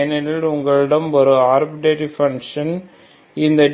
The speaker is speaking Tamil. ஏனெனில் உங்களிடம் இரு ஆர்பிட்டர் பன்ஷன்கள் இந்த